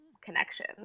connection